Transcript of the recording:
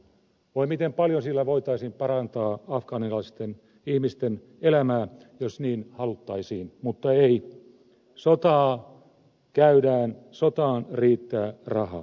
voi miten paljon sillä voitaisiin parantaa afganistanilaisten ihmisten elämää jos niin haluttaisiin mutta ei sotaa käydään sotaan riittää rahaa